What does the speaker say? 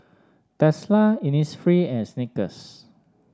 Tesla Innisfree and Snickers